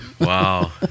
Wow